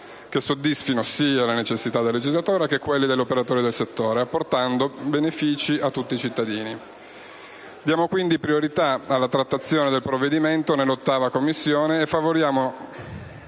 che soddisfino sia le necessità del legislatore, che quelle degli operatori del settore, apportando benefìci a tutti i cittadini. Diamo quindi priorità alla trattazione del provvedimento nell'8a Commissione e favoriamone,